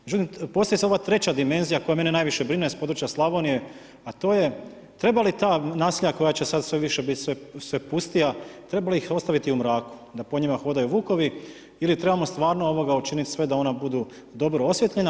Međutim, postavlja se ova treća dimenzija koja mene najviše brine s područja Slavonije, a to je treba li ta naselja koja će sada sve više biti sve pustija treba li ih ostaviti u mraku da po njima hodaju vukovi ili trebamo stvarno učiniti sve da ona budu dobro osvjetljena.